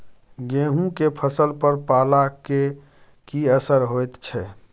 गेहूं के फसल पर पाला के की असर होयत छै?